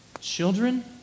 children